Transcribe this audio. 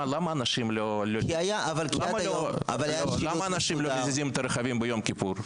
כי עד היום --- למה אנשים לא מזיזים את הרכבים ביום כיפור?